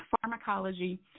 pharmacology